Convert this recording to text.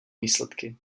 výsledky